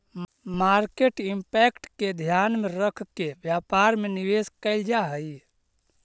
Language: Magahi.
मार्केट इंपैक्ट के ध्यान में रखके व्यापार में निवेश कैल जा हई